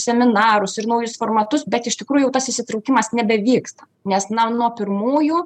seminarus ir naujus formatus bet iš tikrųjų jau tas įsitraukimas nebevyksta nes na nuo pirmųjų